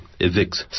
evicts